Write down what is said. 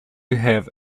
have